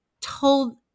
told